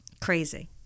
Crazy